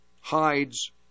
hides